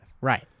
Right